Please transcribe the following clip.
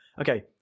okay